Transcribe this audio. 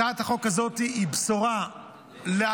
הצעת החוק הזאת היא בשורה לבלניות